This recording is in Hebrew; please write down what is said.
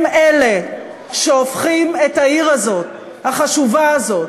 הם אלה שהופכים את העיר הזאת, החשובה הזאת,